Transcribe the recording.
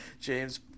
James